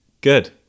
Good